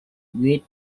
wait